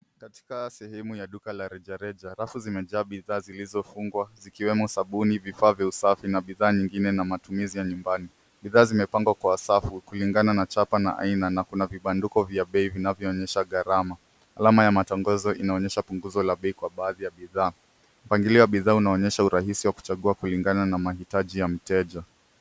Katika sehemu ya duka la reja reja rafu zimejaa bidhaa zilizofugwa zikiwemo sabuni ,vifaa vya usafi na bidhaa nyengine za matumizi ya nyumbani .Bidhaa zimepagwa kwa safu kuligana na chapa na aina na kuna vibaduko vya bei vinavyoonyesha garama. Alama ya matagazo inaonyesha puguzo la bei kwa baadhi ya bidhaa. Mpangilio wa bidhaa unaonyesha urahisi wa kuchagua kuligana na mahitaji ya mteja.